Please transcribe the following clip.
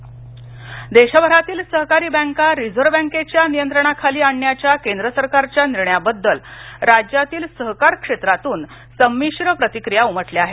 सहकारी बँका देशभरातील सहकारी बँका रिझर्व्ह बँकेच्या नियंत्रणाखाली आणण्याच्या केंद्र सरकारच्या निर्णयाबद्दल राज्यातील सहकार क्षेत्रातून संमिश्र प्रतिक्रिया उमटल्या आहेत